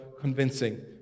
convincing